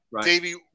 Davey